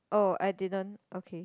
oh I didn't okay